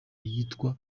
yitwa